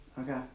Okay